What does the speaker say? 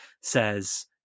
says